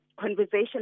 conversation